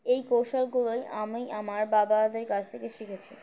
এই কৌশলগুলোই আমি আমার বাবাদের কাছ থেকে শিখেছি